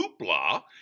hoopla